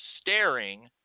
staring